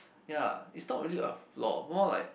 ya is not really a flaw more like